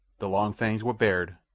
the long fangs were bared,